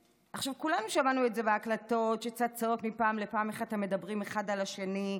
כולנו שמענו בהקלטות שצצות מפעם לפעם איך אתם מדברים אחד על השני,